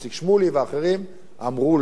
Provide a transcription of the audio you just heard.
שמולי ואחרים, הם אמרו "לא".